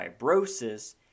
fibrosis